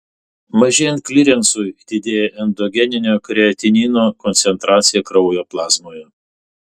mažėjant klirensui didėja endogeninio kreatinino koncentracija kraujo plazmoje